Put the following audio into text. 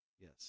Yes